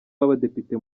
w’abadepite